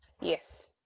Yes